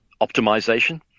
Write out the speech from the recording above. optimization